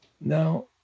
Now